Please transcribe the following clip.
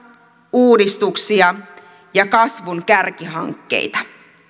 uudistuksia ja kasvun kärkihankkeita